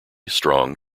strong